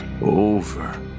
over